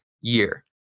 year